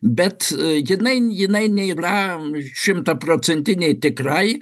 bet jinai jinai nėra šimtaprocentinė tikrai